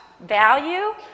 value